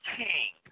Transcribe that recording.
king